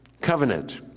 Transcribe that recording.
covenant